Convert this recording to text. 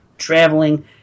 Traveling